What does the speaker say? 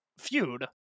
feud